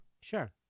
Sure